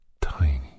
tiny